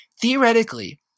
theoretically